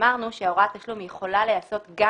אמרנו שהוראת תשלום יכולה להיעשות גם